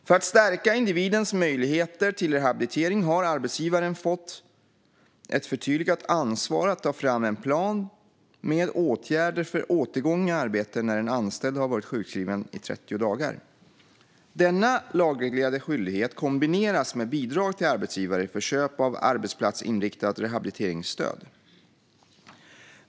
För att stärka individens möjligheter till rehabilitering har arbetsgivaren fått ett förtydligat ansvar att ta fram en plan med åtgärder för återgång i arbete när en anställd har varit sjukskriven i 30 dagar. Denna lagreglerade skyldighet kombineras med bidrag till arbetsgivare för köp av arbetsplatsinriktat rehabiliteringsstöd.